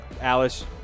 Alice